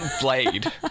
Blade